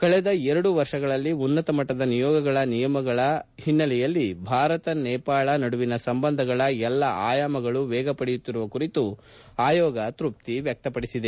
ಕಳೆದ ಎರಡು ವರ್ಷಗಳಲ್ಲಿ ಉನ್ನತ ಮಟ್ಟದ ನಿಯೋಗಗಳ ವಿನಿಯಮಗಳ ಒನ್ನೆಲೆಯಲ್ಲಿ ಭಾರತ ನೇಪಾಳ ನಡುವಿನ ಸಂಬಂಧಗಳ ಎಲ್ಲ ಆಯಾಮಗಳು ವೇಗ ಪಡೆಯುತ್ತಿರುವ ಕುರಿತು ಆಯೋಗ ತೃಪ್ತಿ ವ್ಯಕ್ತಪಡಿಸಿದೆ